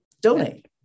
donate